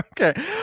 Okay